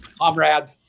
comrade